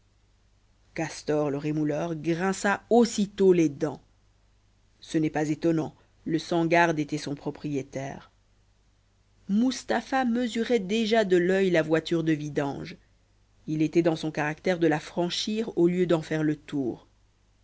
castor le rémouleur grinça aussitôt les dents ce n'est pas étonnant le cent garde était son propriétaire mustapha mesurait déjà de l'oeil la voiture de vidange il était dans son caractère de la franchir au lieu d'en faire le tour